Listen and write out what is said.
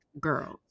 girls